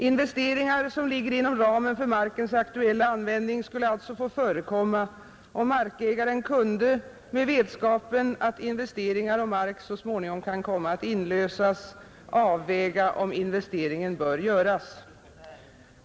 Investeringar som ligger inom ramen för markens aktuella användning skulle alltså få förekomma, och markägaren kunde — med vetskapen att investeringar och mark så småningom kan komma att inlösas — avväga om investeringen bör göras.